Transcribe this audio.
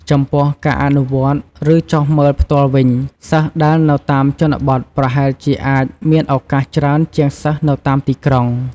ចំពោះការអនុវត្ត ឬចុះមើលផ្ទាល់វិញ សិស្សដែលនៅតាមជនបទប្រហែលជាអាចមានឱកាសច្រើនជាងសិស្សនៅតាមទីក្រុង។